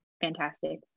fantastic